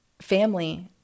family